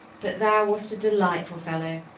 but thou wast a delightful fellow!